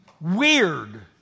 weird